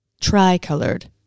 tri-colored